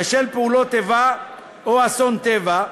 בשל פעולות איבה או אסון טבע,